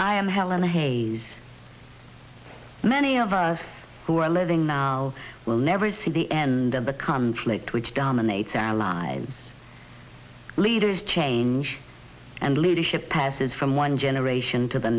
i am helen hayes many of us who are living now will never see the end of the conflict which dominates our lives leaders change and leadership passes from one generation to the